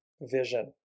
vision